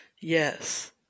Yes